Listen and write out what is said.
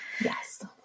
Yes